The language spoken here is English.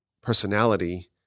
personality